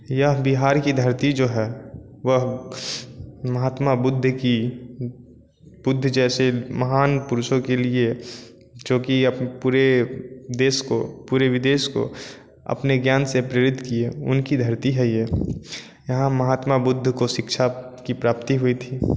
यह बिहार की धरती जो है वह महात्मा बुद्ध की बुद्ध जैसे महान पुरुषों के लिए जो कि पूरे देश को पूरे विदेश को अपने ज्ञान से प्रेरित किए उनकी धरती है यह यहाँ महात्मा बुद्ध को शिक्षा की प्राप्ति हुई थी